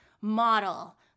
model